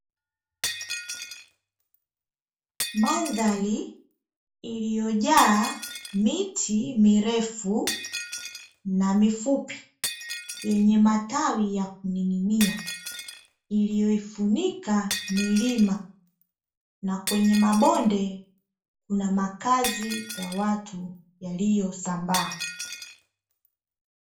Mandhari iliyojaa miti mirefu na mifupi, yenye matawi ya kuning'inia iliyoifunika milima na kwenye mabonde kuna makazi ya watu yaliyosambaa.